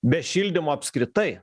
be šildymo apskritai